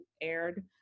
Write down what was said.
aired